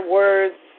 words